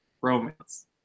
romance